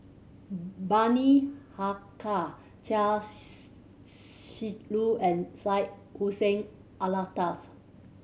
Bani Haykal Chia Shi Lu and Syed Hussein Alatas